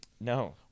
No